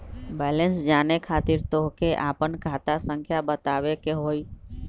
Balance जाने खातिर तोह के आपन खाता संख्या बतावे के होइ?